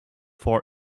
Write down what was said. for